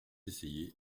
essayer